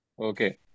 Okay